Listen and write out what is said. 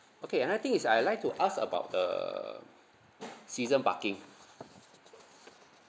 okay another thing is I'd like to ask about the season parking